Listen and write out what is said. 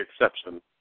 exception